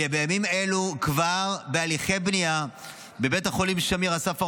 ובימים אלה כבר בהליכי בנייה בבית החולים שמיר אסף הרופא,